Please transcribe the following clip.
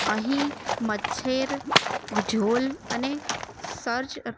અહીં મચ્છેર ગુઝોલ અને સર્ચ